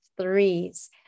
threes